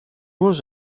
was